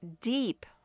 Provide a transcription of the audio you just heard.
deep